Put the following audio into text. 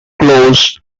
close